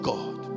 God